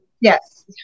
yes